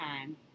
time